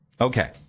Okay